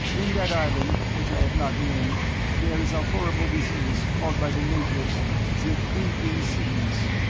in that island which i have not named there is a horrible disease called by the natives the creeping sickness.